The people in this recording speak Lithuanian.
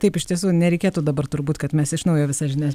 taip iš tiesų nereikėtų dabar turbūt kad mes iš naujo visas žinias